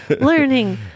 Learning